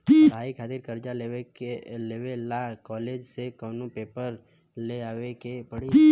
पढ़ाई खातिर कर्जा लेवे ला कॉलेज से कौन पेपर ले आवे के पड़ी?